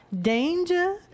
Danger